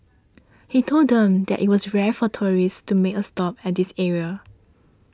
he told them that it was rare for tourists to make a stop at this area